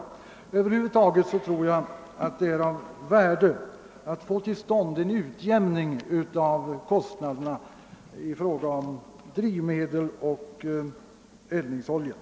Över huvud taget tror jag det är av värde att få till stånd en utjämning av kostnaderna när det gäller drivmedel och eldningsoljor.